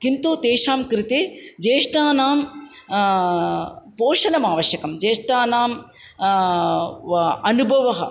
किन्तु तेषां कृते ज्येष्ठानां पोषणम् आवश्यकं ज्येष्ठानाम् अनुभवः